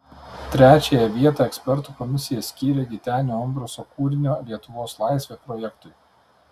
trečiąją vietą ekspertų komisija skyrė gitenio umbraso kūrinio lietuvos laisvė projektui